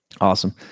Awesome